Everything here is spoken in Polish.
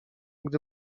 gdy